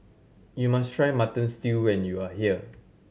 you must try Mutton Stew when you are here